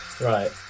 Right